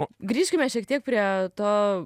o grįžkime šiek tiek prie to